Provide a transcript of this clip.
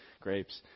grapes